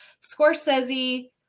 Scorsese